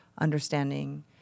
Understanding